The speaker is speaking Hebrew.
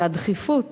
והדחיפות